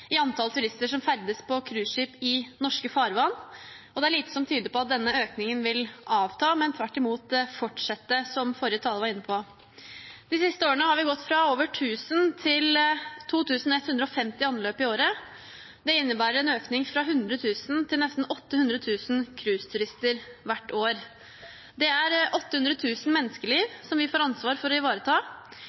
i antall turister som ferdes på cruiseskip i norske farvann. Det er lite som tyder på at denne økningen vil avta, men at den tvert imot vil fortsette, som forrige taler var inne på. De siste årene har vi gått fra over 1 000 til 2 150 anløp i året. Det innebærer en økning fra 100 000 til nesten 800 000 cruiseturister hvert år. Det er 800 000 menneskeliv som vi får ansvar for å ivareta.